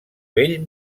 vell